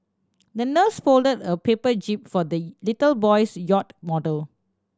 the nurse folded a paper jib for the little boy's yacht model